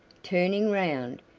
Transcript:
turning round,